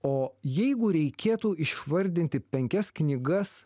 o jeigu reikėtų išvardinti penkias knygas